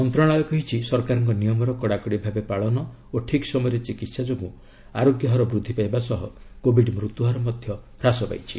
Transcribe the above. ମନ୍ତ୍ରଶାଳୟ କହିଛି ସରକାରଙ୍କ ନିୟମର କଡାକଡି ଭାବେ ପାଳନ ଓ ଠିକ୍ ସମୟରେ ଚିକିତ୍ସା ଯୋଗୁଁ ଆରୋଗ୍ୟ ହାର ବୃଦ୍ଧି ପାଇବା ସହ କୋବିଡ୍ ମୃତ୍ୟୁହାର ହ୍ରାସ ପାଇଛି